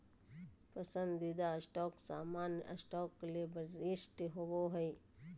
पसंदीदा स्टॉक सामान्य स्टॉक ले वरिष्ठ होबो हइ